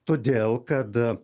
todėl kad